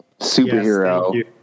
superhero